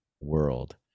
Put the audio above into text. world